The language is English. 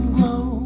Glow